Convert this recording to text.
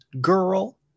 girl